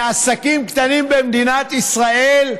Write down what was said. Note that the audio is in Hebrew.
אלה עסקים קטנים במדינת ישראל.